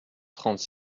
trente